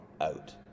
out